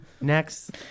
Next